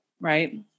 Right